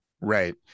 Right